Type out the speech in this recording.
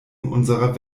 unserer